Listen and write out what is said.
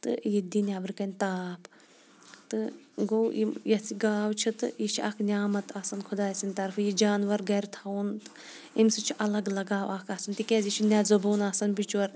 تہٕ یِتہِ دِیہِ نیٚبرٕ کَنہِ تاپھ تہٕ گوٚو یِم یۅس یہِ گاو چھِ تہٕ یہِ چھِ اکھ نیامَت آسان خۄداے سٕنٛدِ طَرفہٕ یہِ جانوَر گَرِ تھاوُن امہِ سۭتۍ چھُ اَلَگ لَگاو اکھ آسان تِکیٛاز یہِ چھُ نیٚے زَبون آسان بِچور